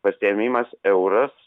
pasiėmimas euras